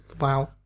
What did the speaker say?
Wow